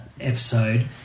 episode